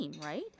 right